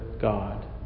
God